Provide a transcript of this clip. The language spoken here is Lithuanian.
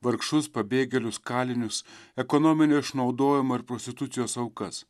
vargšus pabėgėlius kalinius ekonominio išnaudojimo ir prostitucijos aukas